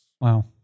Wow